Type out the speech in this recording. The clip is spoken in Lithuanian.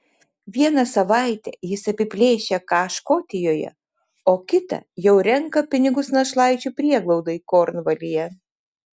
vieną savaitę jis apiplėšia ką škotijoje o kitą jau renka pinigus našlaičių prieglaudai kornvalyje